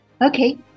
Okay